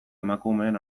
emakumeen